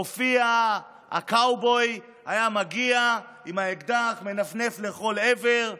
הופיע הקאובוי, היה מגיע עם האקדח, מנפנף לכל עבר,